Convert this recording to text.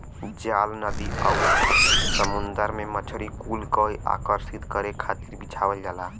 जाल नदी आउरी समुंदर में मछरी कुल के आकर्षित करे खातिर बिछावल जाला